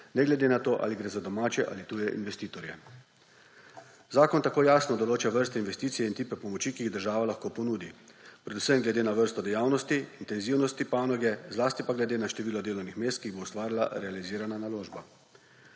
ne glede na to, ali gre za domače ali tuje investitorje. Zakon tako jasno določa vrste investicij in tipe pomoči, ki jih država lahko ponudi, predvsem glede na vrsto dejavnosti, intenzivnosti panoge, zlasti pa glede na število delovnih mest, ki jih bo ustvarila realizirana naložba.